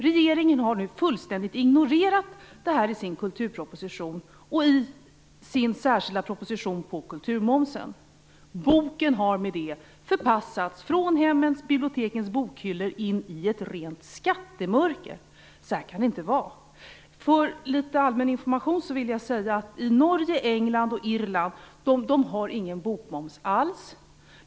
Regeringen har fullständigt ignorerat detta i sin kulturproposition och sin särskilda proposition om kulturmomsen. Boken har med det förpassats från hemmens och bibliotekens bokhyllor in i ett rent skattemörker. Så här kan det inte vara. För allmän information kan jag säga att Norge, England och Irland har ingen bokmoms alls.